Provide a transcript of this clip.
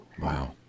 Wow